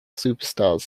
superstars